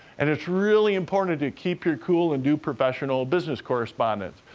and it's really important to keep your cool and do professional business correspondence.